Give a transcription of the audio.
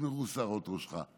יסמרו שערות ראשך.